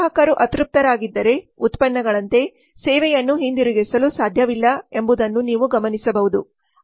ಗ್ರಾಹಕರು ಅತೃಪ್ತರಾಗಿದ್ದರೆ ಉತ್ಪನ್ನಗಳಂತೆ ಸೇವೆಯನ್ನು ಹಿಂದಿರುಗಿಸಲು ಸಾಧ್ಯವಿಲ್ಲ ಎಂಬುದನ್ನು ನೀವು ಗಮನಿಸಬಹುದು